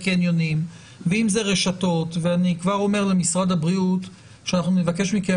קניונים ואם אלה רשתות - ואני כבר אומר למשרד הבריאות שאנחנו נבקש מכם,